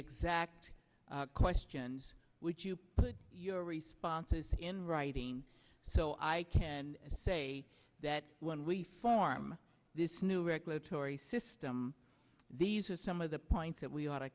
exact question would you put your responses in writing so i can say that when we form this new regulatory system these are some of the points that we ought to